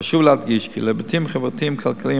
חשוב להדגיש כי להיבטים החברתיים-כלכליים